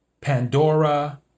Pandora